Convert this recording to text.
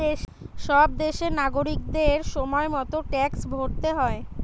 সব দেশেরই নাগরিকদের সময় মতো ট্যাক্স ভরতে হয়